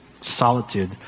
solitude